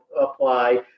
apply